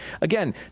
Again